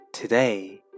Today